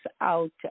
out